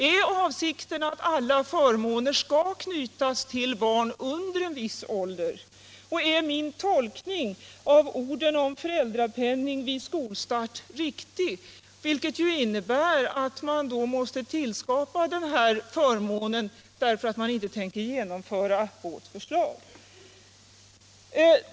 Är avsikten att alla förmåner skall knytas till barn under en viss ålder? Är min tolkning av orden om föräldrapenning vid skolstart riktig? Det innebär i så fall att man måste skapa den här förmånen därför att man inte tänker genomföra vårt förslag.